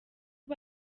ubu